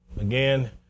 again